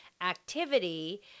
activity